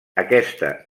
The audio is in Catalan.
aquesta